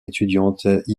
étudiante